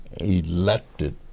elected